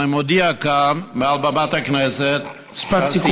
אני מודיע כאן, מעל במת הכנסת, משפט סיכום, בבקשה.